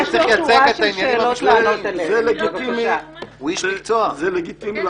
הוא צריך לייצג את העניינים --- זה לגיטימי לחלוק